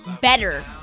better